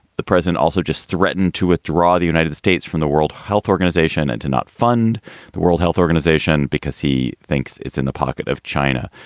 the president also just threatened to withdraw the united states from the world health organization and to not fund the world health organization because he thinks it's in the pocket of china.